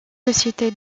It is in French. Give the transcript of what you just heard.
société